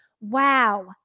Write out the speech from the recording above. Wow